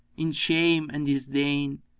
in shame and disdain,